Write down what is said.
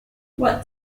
what